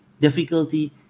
difficulty